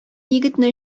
егетне